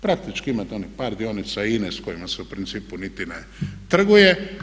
Praktički imate onih par dionica INA-e s kojima se u principu niti ne trguje.